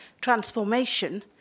transformation